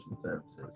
services